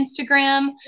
Instagram